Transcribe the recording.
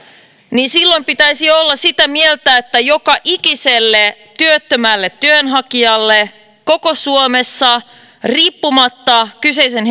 niin silloin pitäisi olla sitä mieltä että joka ikiselle työttömälle työnhakijalle koko suomessa riippumatta kyseisen